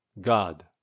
God